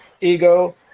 ego